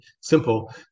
simple